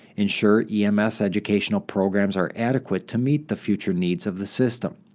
ensure ems educational programs are adequate to meet the future needs of the system.